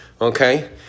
okay